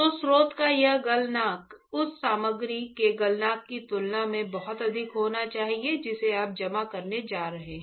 तो स्रोत का यह गलनांक उस सामग्री के गलनांक की तुलना में बहुत अधिक होना चाहिए जिसे आप जमा करने जा रहे हैं